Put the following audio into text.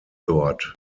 dort